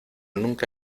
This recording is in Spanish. nunca